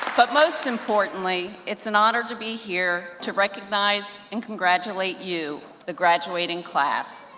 but most importantly, it's an honor to be here to recognize and congratulate you, the graduating class.